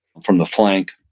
from the flank.